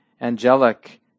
angelic